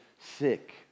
sick